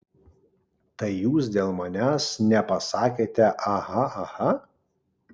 tai jūs dėl manęs nepasakėte aha aha